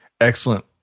Excellent